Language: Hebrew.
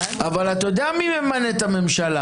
אבל אתה יודע מי ממנה את הממשלה?